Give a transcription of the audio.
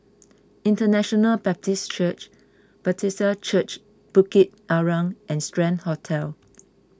International Baptist Church Bethesda Church Bukit Arang and Strand Hotel